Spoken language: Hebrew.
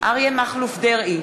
אריה מכלוף דרעי,